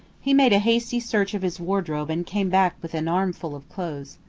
he made a hasty search of his wardrobe and came back with an armful of clothes.